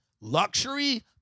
luxury